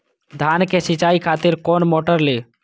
धान के सीचाई खातिर कोन मोटर ली?